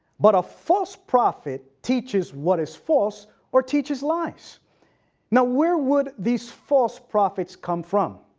but a false prophet teaches what is false or teaches lies now where would these false prophets come from?